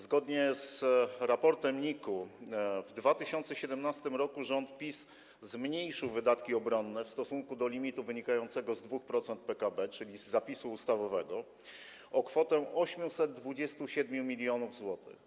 Zgodnie z raportem NIK w 2017 r. rząd PiS zmniejszył wydatki obronne w stosunku do limitu wynikającego z 2% PKB, czyli z zapisu ustawowego, o kwotę 827 mln zł.